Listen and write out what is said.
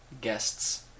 guests